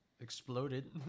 exploded